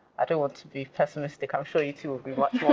i don't want to be pessimistic. i'm sure you two much